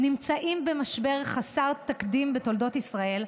נמצאים במשבר חסר תקדים בתולדות ישראל,